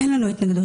אין לנו התנגדות.